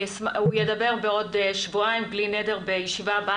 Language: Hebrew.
הוא ידבר בעוד שבועיים בישיבה הבאה.